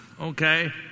okay